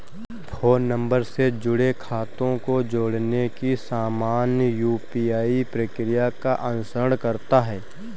phone number से जुड़े खातों को जोड़ने की सामान्य यू.पी.आई प्रक्रिया का अनुसरण करता है